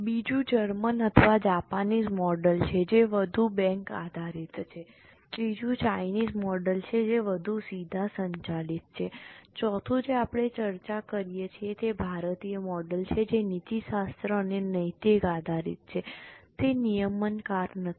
બીજું જર્મન અથવા Japanese model છે જે વધુ બેંક આધારિત છે ત્રીજું ચાઈનીઝ મોડલ છે જે વધુ સીધા સંચાલિત છે ચોથું જે આપણે ચર્ચા કરીએ છીએ તે ભારતીય મોડેલ છે જે નીતિશાસ્ત્ર અને નૈતિક આધારિત છે કે તે નિયમનકાર નથી